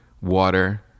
water